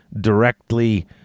directly